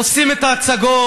עושים את ההצגות,